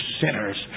sinners